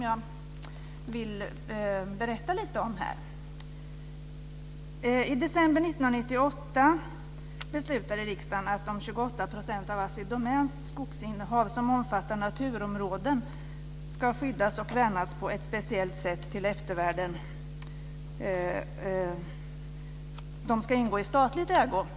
Jag vill berätta lite om den. av Assi Domäns skogsinnehav som omfattar naturområden ska skyddas och värnas på ett speciellt sätt till eftervärlden och att de skulle ingå i statlig ägo.